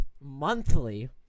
monthly